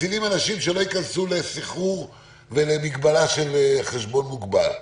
ומצילים אנשים שלא ייכנסו לסחרור ולמגבלה של חשבון מוגבל.